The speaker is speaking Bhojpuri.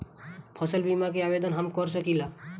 फसल बीमा के आवेदन हम कर सकिला?